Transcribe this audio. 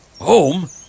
Home